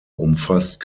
umfasst